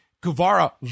Guevara